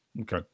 Okay